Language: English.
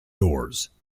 doors